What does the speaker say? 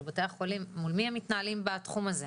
מול מי בתי החולים מתנהלים בתחום הזה?